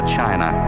China